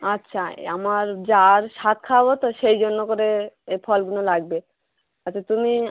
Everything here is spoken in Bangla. আচ্ছা এ আমার জা র সাধ খাওয়াবো তো সেই জন্য করে এ ফলগুলো লাগবে আচ্ছা তুমি